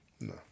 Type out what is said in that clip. No